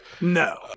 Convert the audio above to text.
No